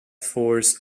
force